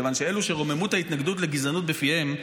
כיוון שאלו שרוממות ההתנגדות לגזענות בפיהם,